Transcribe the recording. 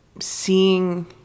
seeing